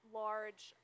large